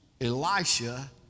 Elisha